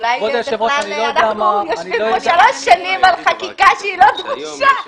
אולי אנחנו יושבים כאן שלוש שנים על חקיקה שהיא לא דרושה.